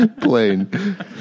Plain